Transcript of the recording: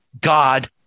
God